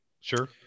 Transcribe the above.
Sure